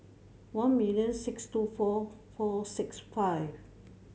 one million six two four four six five